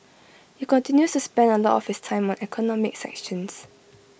he continues to spend A lot of his time on economic sanctions